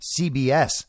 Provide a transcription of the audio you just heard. CBS